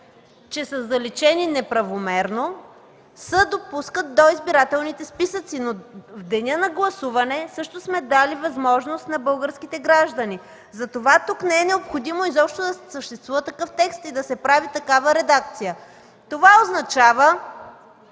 че са заличени неправомерно, се допускат до избирателните списъци, но в деня на гласуване – също сме дали възможност на българските граждани. Затова тук изобщо не е необходимо да съществува такъв текст и да се прави такава редакция. Това означава,